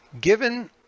Given